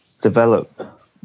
develop